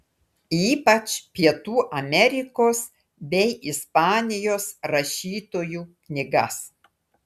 ypač pietų amerikos bei ispanijos rašytojų knygas